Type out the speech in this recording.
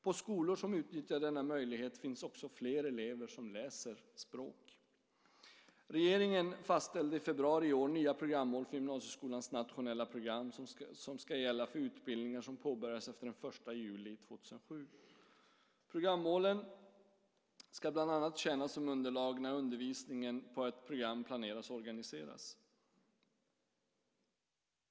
På skolor som utnyttjar denna möjlighet finns också fler elever som läser språk. Regeringen fastställde i februari i år nya programmål för gymnasieskolans nationella program som ska gälla för utbildningar som påbörjas efter den 1 juli 2007. Programmålen ska bland annat tjäna som underlag när undervisningen på ett program planeras och organiseras.